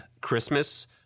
Christmas